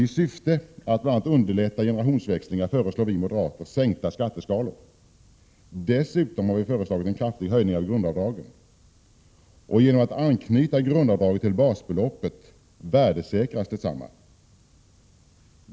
I syfte att bl.a. underlätta generationsväxlingar föreslår vi moderater sänkta skatteskalor. Dessutom har vi föreslagit en kraftig höjning av grundavdraget. Genom att anknyta grundavdraget till basbeloppet värdesäkras detsamma.